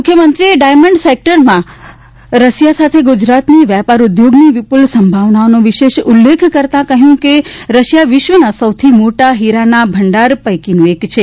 મુખ્યમંત્રીએ ડાયમંડ સેક્ટરમાં રશિયા સાથે ગુજરાતની વેપાર ઉદ્યોગની વિપૂલ સંભાવનાઓનો વિશેષ ઉલ્લેખ કરતાં કહ્યું કે રશિયા વિશ્વના સૌથી મોટા હીરાના ભંડાર પૈકીનું એક છે